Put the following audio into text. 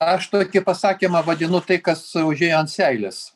aš tokį pasakymą vadinu tai kas užėjo ant seilės